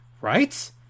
Right